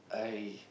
I